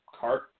cart